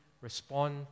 respond